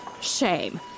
Shame